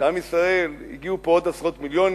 שעם ישראל, יגיעו לפה עוד עשרות מיליונים,